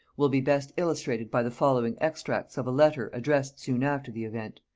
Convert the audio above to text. will be best illustrated by the following extracts of a letter addressed soon after the event,